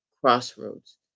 crossroads